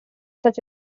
such